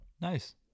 Nice